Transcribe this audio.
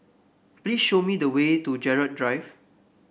please show me the way to Gerald Drive